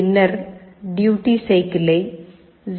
பின்னர் டியூட்டி சைக்கிள்ளை 0